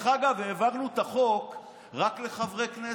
מי שהעביר את חוק הפריימריז זה אני, לחברי הכנסת.